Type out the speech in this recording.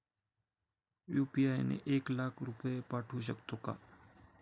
UPI ने एक लाख रुपये पाठवू शकतो का?